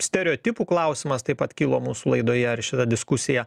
stereotipų klausimas taip pat kilo mūsų laidoje ar šita diskusija